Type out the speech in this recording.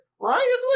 right